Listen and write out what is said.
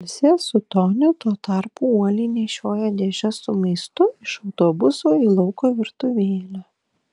ilzė su toniu tuo tarpu uoliai nešiojo dėžes su maistu iš autobuso į lauko virtuvėlę